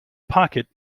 pocket